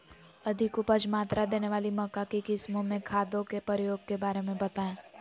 अधिक उपज मात्रा देने वाली मक्का की किस्मों में खादों के प्रयोग के बारे में बताएं?